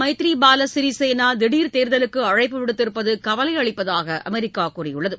மைத்ரி பால சிறிசேனா திடர் தேர்தலுக்கு அழைப்பு விடுத்திருப்பது கவலையளிப்பதாக அமெரிக்கா கூறியுள்ளது